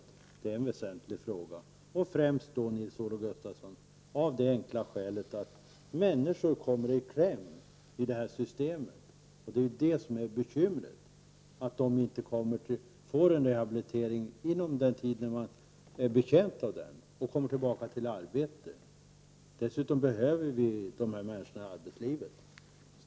Men det viktigaste är naturligtvis att detta är en väsentligt fråga, främst av det enkla skälet att människor kommer i kläm i det nuvarande systemet. Bekymret är ju att dessa människor inte får en rehabilitering inom den tid då de är betjänta av en sådan för att sedan kunna gå tillbaka till arbetet. Dessutom behöver vi dessa människor i arbetslivet.